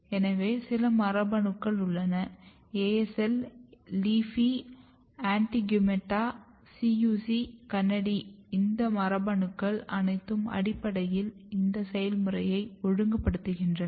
எனவே சில மரபணுக்கள் உள்ளன ASL LEAFY ANTIGUMETA CUC KANADI இந்த மரபணுக்கள் அனைத்தும் அடிப்படையில் இந்த செயல்முறையை ஒழுங்குபடுத்துகின்றன